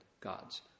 gods